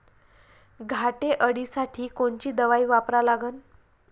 घाटे अळी साठी कोनची दवाई वापरा लागन?